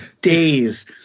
days